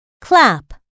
clap